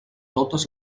totes